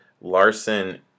Larson